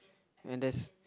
and there's